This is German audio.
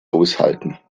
aushalten